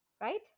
right